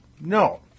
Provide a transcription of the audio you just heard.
No